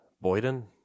Boyden